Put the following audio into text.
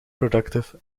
productive